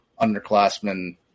underclassmen